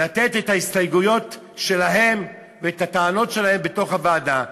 להעלות את ההסתייגויות שלהם ואת הטענות שלהם בתוך הוועדה?